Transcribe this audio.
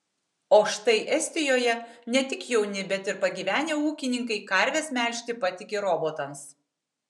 o štai estijoje ne tik jauni bet ir pagyvenę ūkininkai karves melžti patiki robotams